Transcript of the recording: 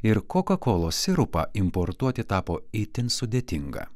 ir kokakolos sirupą importuoti tapo itin sudėtinga